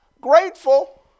grateful